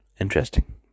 Interesting